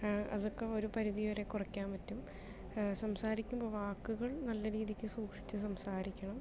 അതൊക്കെ ഒരു പരിധിവരെ കുറയ്ക്കാൻ പറ്റും സംസാരിക്കുമ്പോൾ വാക്കുകൾ നല്ല രീതിക്ക് സൂക്ഷിച്ചു സംസാരിക്കണം